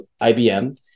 IBM